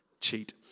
Cheat